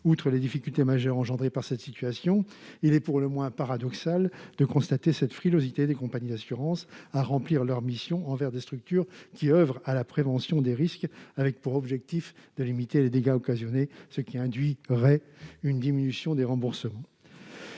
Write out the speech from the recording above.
outre les difficultés majeures engendrés par cette situation, il est pour le moins paradoxal de constater cette frilosité des compagnies d'assurance à remplir leur mission envers des structures qui oeuvrent à la prévention des risques, avec pour objectif de limiter les dégâts occasionnés, ce qui induit Rey une diminution des remboursements.